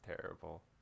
terrible